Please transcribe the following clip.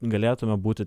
galėtume būti